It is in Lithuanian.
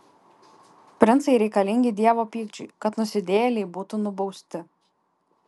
princai reikalingi dievo pykčiui kad nusidėjėliai būtų nubausti